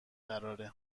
قراره